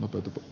opetus